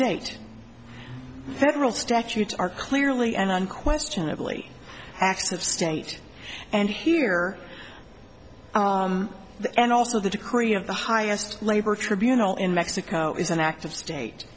state federal statutes are clearly and unquestionably acts of state and here the and also the decree of the highest labor tribunal in mexico is an act of state